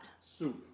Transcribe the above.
Soup